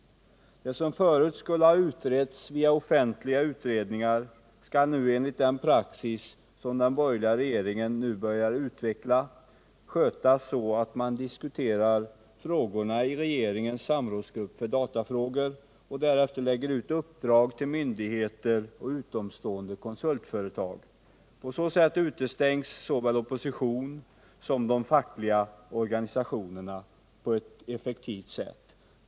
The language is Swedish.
Det som förut skulle ha utretts via offentliga utredningar skall nu, enligt den praxis som den borgerliga regeringen börjat utveckla, skötas så att man diskuterar frågorna i regeringens samrådsgrupp för datafrågor och därefter lägger ut uppdrag till myndigheter och utomstående konsultföretag. På så sätt utestängs såväl opposition som fackliga organisationer på ett effektivt sätt.